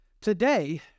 Today